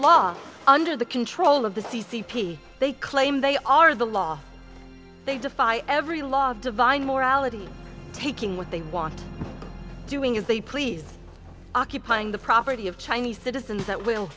law under the control of the c c p they claim they are the law they defy every law of divine more ality taking what they want doing as they please occupying the property of chinese citizens that will